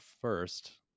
first